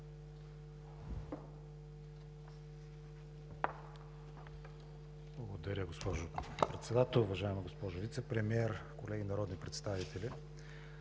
Благодаря, госпожо Председател. Уважаема госпожо Вицепремиер, колеги народни представители!